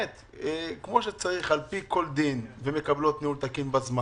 כמו שצריך, לפי כל דין, ומקבלות ניהול תקין בזמן.